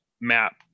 map